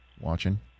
watching